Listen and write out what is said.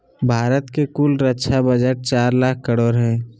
भारत के कुल रक्षा बजट चार लाख करोड़ हय